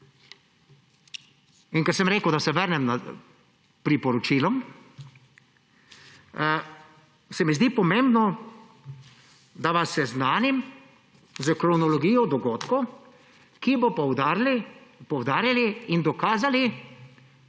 Ker sem rekel, da se vrnem na priporočila, se mi zdi pomembno, da vas seznanim s kronologijo dogodkov, ki bodo poudarjali in dokazali,